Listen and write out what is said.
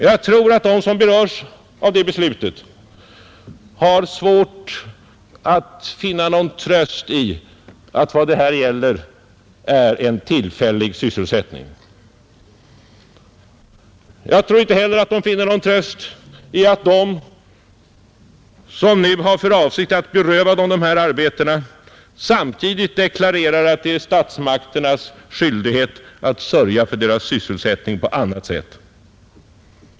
Jag tror att de som berörs av det beslutet har svårt att finna någon tröst i att vad det här gäller är en tillfällig sysselsättning. Jag tror inte heller att de finner någon tröst i att de som nu har för avsikt att beröva dem dessa arbeten samtidigt deklarerar att det är statsmakternas skyldighet att sörja för deras sysselsättning på annat sätt.